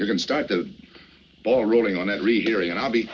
you can start the ball rolling on that rehearing i'll be